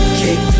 kick